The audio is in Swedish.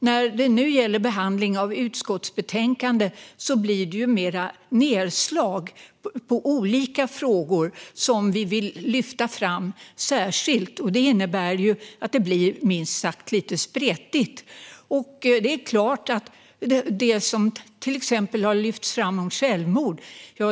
När vi nu behandlar ett utskottsbetänkande blir det mer av nedslag i olika frågor som vi särskilt vill lyfta fram. Det innebär att det minst sagt blir lite spretigt. Ett exempel är det som här har förts fram om självmord.